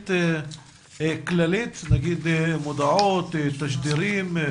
הסברתית כללית, נגיד מודעות, תשדירים?